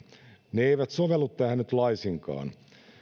ne eivät sovellu tähän nyt laisinkaan